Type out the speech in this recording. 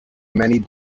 many